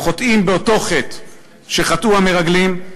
הם חוטאים באותו חטא שחטאו המרגלים,